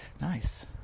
nice